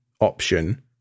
option